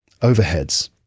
Overheads